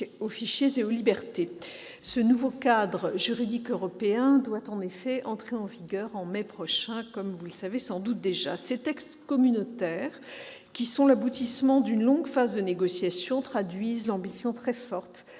aux fichiers et aux libertés. Le nouveau cadre juridique européen doit, en effet, entrer en vigueur en mai prochain. Les textes communautaires visés, qui sont l'aboutissement d'une longue phase de négociations, traduisent l'ambition très forte